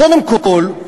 קודם כול,